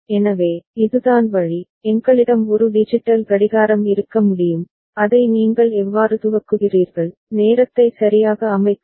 எனவே இதுதான் வழி எங்களிடம் ஒரு டிஜிட்டல் கடிகாரம் இருக்க முடியும் அதை நீங்கள் எவ்வாறு துவக்குகிறீர்கள் நேரத்தை சரியாக அமைக்கவும்